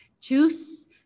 choose